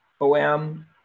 OM